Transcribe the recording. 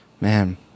Man